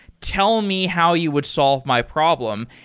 tell me how you would solve my problem.